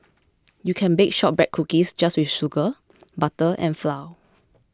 you can bake Shortbread Cookies just with sugar butter and flour